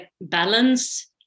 balance